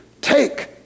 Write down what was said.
take